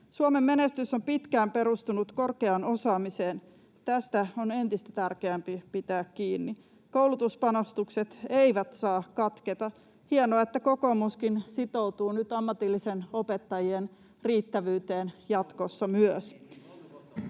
Suomen menestys on pitkään perustunut korkeaan osaamiseen. Tästä on entistä tärkeämpää pitää kiinni. Koulutuspanostukset eivät saa katketa. Hienoa, että kokoomuskin sitoutuu nyt ammatillisten opettajien riittävyyteen myös